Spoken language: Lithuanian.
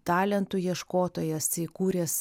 talentų ieškotojas įkūręs